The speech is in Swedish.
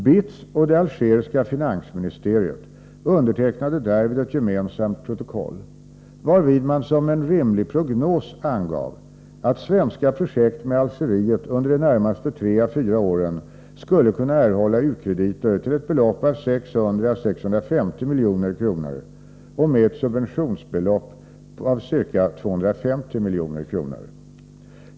BITS och det algeriska finansministeriet undertecknade därvid ett gemensamt protokoll, vari man som en rimlig prognos angav att svenska projekt med Algeriet under de närmaste 3-4 åren skulle kunna erhålla u-krediter till ett belopp av 600-650 milj.kr. och med ett subventionselement på ca 250 milj.kr.